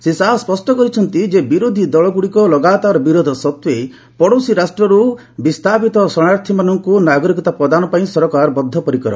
ଶ୍ରୀ ଶାହା ସ୍ୱଷ୍ଟ କରିଛନ୍ତି ଯେ ବିରୋଧୀ ଦଳ ଗ୍ରଡିକର ଲଗାତାର ବିରୋଧ ସତ୍ତ୍ୱେ ପଡୋଶୀ ରାଷ୍ଟ୍ରରୁ ବିସ୍ତାପିତ ଶରଣାର୍ଥୀମାନଙ୍କୁ ନାଗରିକତା ପ୍ରଦାନ ପାଇଁ ସରକାର ବଦ୍ଧପରିକର